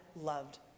loved